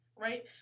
Right